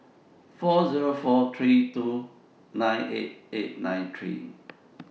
four Zero four three two nine eight eight nine three